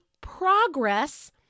progress